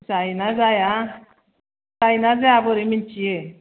जायोना जाया जायोना जाया बोरै मोन्थियो